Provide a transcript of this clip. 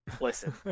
listen